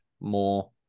more